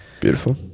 Beautiful